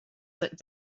work